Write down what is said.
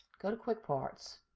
go to quick parts,